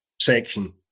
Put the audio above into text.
section